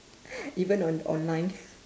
even on online